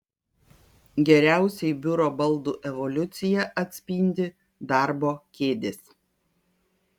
geriausiai biuro baldų evoliuciją atspindi darbo kėdės